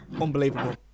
unbelievable